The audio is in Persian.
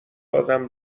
آدم